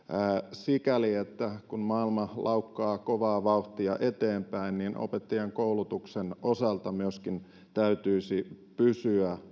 sikäli että kun maailma laukkaa kovaa vauhtia eteenpäin opettajankoulutuksen osalta myöskin täytyisi pysyä